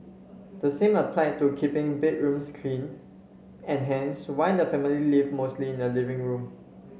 the same applied to keeping bedrooms clean and hence why the family lived mostly in the living room